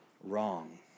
wrong